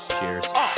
Cheers